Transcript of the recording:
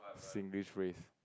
Singlish phrase